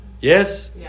Yes